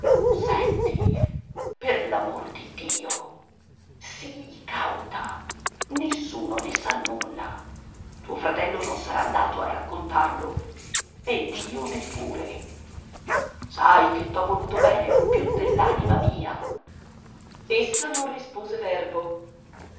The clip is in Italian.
senti per l'amor di dio sii cauta nessuno ne sa nulla tuo fratello non sarà andato a raccontarlo ed io neppure sai che t'ho voluto bene più dell'anima mia essa non rispose verbo